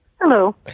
Hello